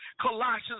Colossians